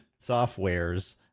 softwares